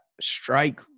strike